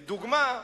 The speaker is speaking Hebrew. לדוגמה,